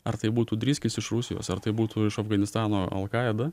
ar tai būtų driskis iš rusijos ar tai būtų iš afganistano al kaida